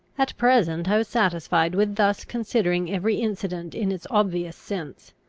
at present i was satisfied with thus considering every incident in its obvious sense.